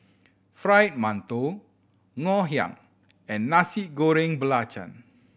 Fried Mantou Ngoh Hiang and Nasi Goreng Belacan